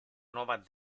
nuova